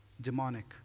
demonic